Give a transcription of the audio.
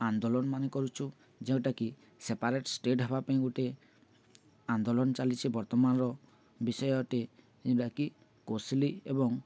ଆନ୍ଦୋଳନ ମାନେ କରୁଛୁ ଯେଉଁଟାକି ସେପାରେଟ୍ ଷ୍ଟେଟ୍ ହେବା ପାଇଁ ଗୋଟେ ଆନ୍ଦୋଳନ ଚାଲିଛି ବର୍ତ୍ତମାନର ବିଷୟ ଅଟେ ଯେଉଁଟାକି କୋଶଳୀ ଏବଂ